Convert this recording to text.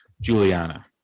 Juliana